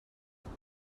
tell